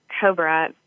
Cobra